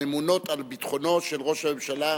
הממונות על ביטחונו של ראש הממשלה.